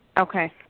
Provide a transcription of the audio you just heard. Okay